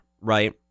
right